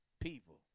People